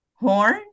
Horn